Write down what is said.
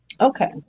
Okay